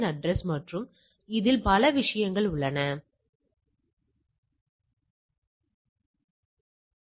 மேலும் இந்த மேலே உள்ள ஒன்று இரண்டு முனைகளுடன் தொடர்புடையது கீழேயுள்ள ஒன்று ஒரு முனையுடன் தொடர்புடையது